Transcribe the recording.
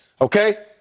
Okay